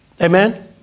Amen